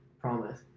promise